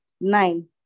Nine